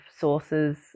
sources